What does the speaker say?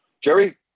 Jerry